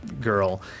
girl